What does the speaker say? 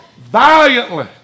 valiantly